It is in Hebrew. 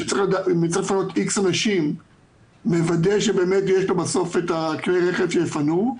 שצריך לפנות X אנשים מוודא שבסוף יש לו את כלי הרכב שיפנו,